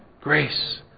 grace